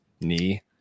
knee